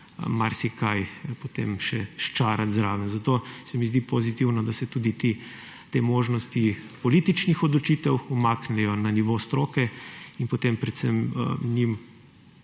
marsikaj potem še sčarati zraven. Zato se mi zdi pozitivno, da se tudi te možnosti političnih odločitev umaknejo na nivo stroke in potem predvsem njim